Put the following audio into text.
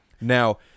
Now